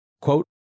Quote